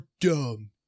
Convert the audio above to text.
dumb